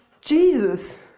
Jesus